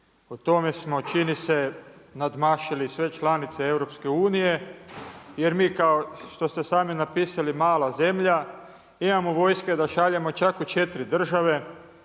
Po tome smo čini se nadmašili sve članice EU, jer mi kao što ste sami napisali mala zemlja, imamo vojske da šaljemo čak u 4 države,